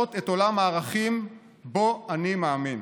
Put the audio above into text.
המבטאות את עולם הערכים שבו אני מאמין.